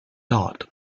dot